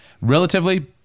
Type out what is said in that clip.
relatively